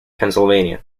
pennsylvania